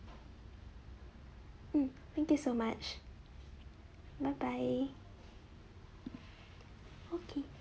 mm thank you so much bye bye okay